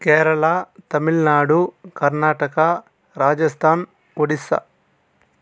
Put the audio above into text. Kerala Tamil Nadu Karnataka Rajasthan Odisha